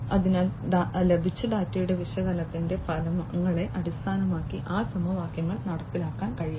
അതിനാൽ ലഭിച്ച ഡാറ്റയുടെ വിശകലനത്തിന്റെ ഫലങ്ങളെ അടിസ്ഥാനമാക്കി ആ സമവാക്യങ്ങൾ നടപ്പിലാക്കാൻ കഴിയും